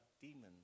demons